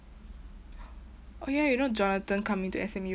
oh ya you know jonathan coming to S_M_U